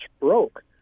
broke